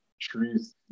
trees